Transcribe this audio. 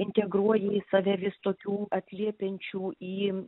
integruoja į save vis tokių atliepiančių į